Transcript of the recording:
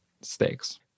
stakes